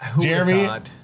Jeremy